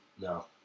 No